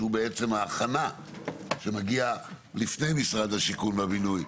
שהוא בעצם ההכנה שמגיעה לפני משרד השיכון והבינוי.